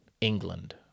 England